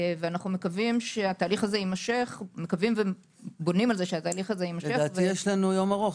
אנו מקווים ובונים על זה שהתהליך הזה יימשך יש לנו יום ארוך